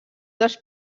dels